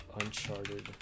Uncharted